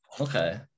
okay